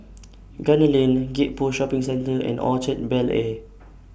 Gunner Lane Gek Poh Shopping Centre and Orchard Bel Air